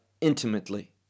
intimately